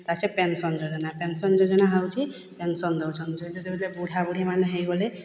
ଲାଷ୍ଟରେ ପେନସନ୍ ଯୋଜନା ପେନସନ୍ ଯୋଜନା ହେଉଛି ପେନସନ୍ ଦେଉଛନ୍ତି ଯେମିତି ବୁଢ଼ାବୁଢ଼ୀମାନେ ହୋଇଗଲେ